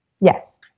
Yes